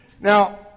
Now